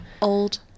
old